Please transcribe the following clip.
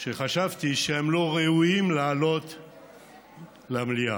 שחשבתי שהם לא ראויים לעלות למליאה,